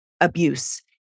abuse